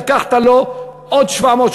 לקחת לו עוד 700,